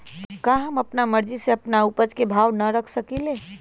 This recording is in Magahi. का हम अपना मर्जी से अपना उपज के भाव न रख सकींले?